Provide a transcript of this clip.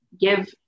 give